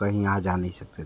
कहीं आ जा नही सकते थे